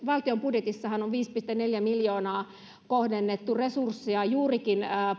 valtion budjetissahan on viisi pilkku neljä miljoonaa kohdennettu resursseja juurikin